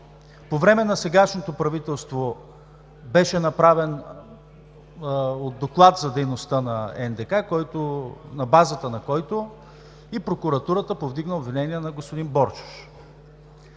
По време на сегашното правителство беше направен доклад за дейността на НДК, на базата на който и прокуратурата повдигна обвинение на господин Боршош.